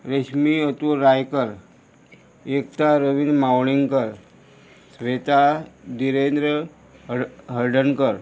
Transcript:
रेश्मी अतूल रायकर एकता रवींद मावळींगकर श्वेता धिरेंद्र हड हळडनकर